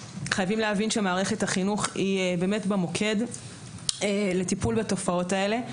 חייבים להבין שמערכת החינוך היא במוקד לטיפול בתופעות האלה.